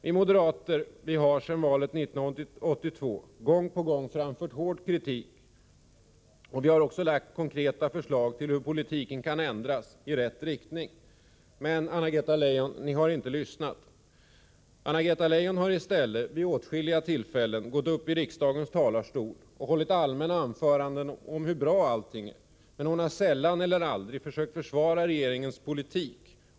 Vi moderater har, alltsedan valet 1982, gång på gång framfört hård kritik. Vi har även lagt fram konkreta förslag till hur politiken kan ändras, i rätt riktning. Men, Anna-Greta Leijon, ni socialdemokrater har inte lyssnat! Anna-Greta Leijon har i stället, vid åtskilliga tillfällen, gått upp i riksdagens talarstol och hållit allmänna anföranden om hur bra allting är. Sällan, eller aldrig, har hon försökt försvara regeringens politik.